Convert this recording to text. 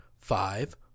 five